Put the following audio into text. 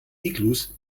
iglus